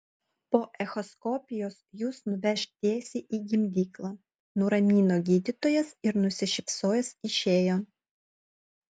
po echoskopijos jus nuveš tiesiai į gimdyklą nuramino gydytojas ir nusišypsojęs išėjo